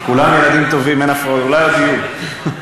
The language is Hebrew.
כולם ילדים טובים, אין הפרעות, אולי עוד יהיו.